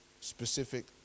specific